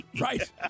Right